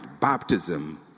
Baptism